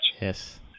Yes